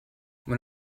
when